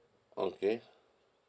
okay